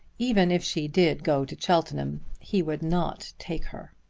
even if she did go to cheltenham he would not take her.